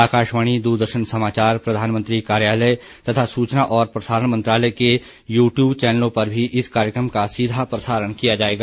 आकाशवाणी द्रदर्शन समाचार प्रधानमंत्री कार्यालय तथा सूचना और प्रसारण मंत्रालय के यूट्यूब चैनलों पर भी इस कार्यक्रम का सीधा प्रसारण किया जाएगा